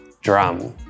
drum